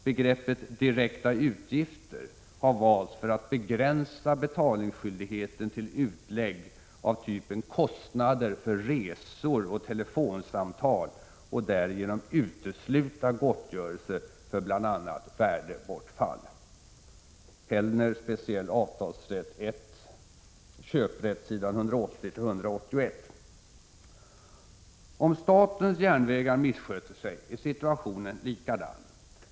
Begreppet ”direkta utgifter” har valts för att begränsa betalningsskyldigheten till utlägg av typen kostnader för resor och telefonsamtal och därigenom utesluta gottgörelse för bl.a. värdebortfall . Om statens järnvägar missköter sig är situationen likadan.